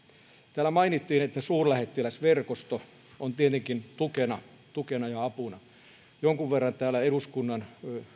täällä mainittiin että suurlähettiläsverkosto on tietenkin tukena tukena ja apuna jonkun verran eduskunnan